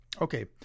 Okay